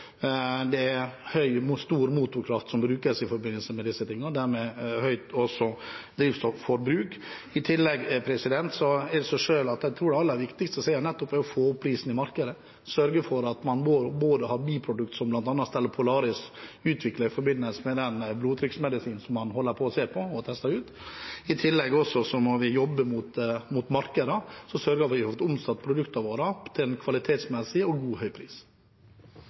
brukes, og dermed er det også høyt drivstofforbruk. I tillegg sier det seg selv at det aller viktigste er å få opp prisen i markedet og sørge for at man både har biprodukter, som bl.a. Stella Polaris utvikler i forbindelse med blodtrykksmedisinen de ser på og tester ut, og at man jobber mot markeder og sørger for at vi får omsatt produktene våre til en kvalitetsmessig og god, høy pris.